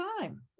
time